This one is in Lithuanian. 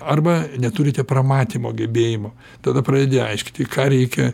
arba neturite pramatymo gebėjimo tada pradedi aiškinti ką reikia